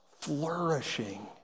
flourishing